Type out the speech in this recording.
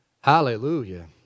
Hallelujah